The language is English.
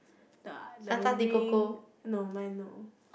the a~ the ring no my no